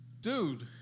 Dude